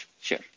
Sure